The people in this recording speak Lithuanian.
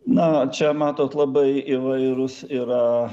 na čia matot labai įvairūs yra